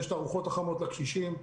יש את הארוחות החמות לקשישים,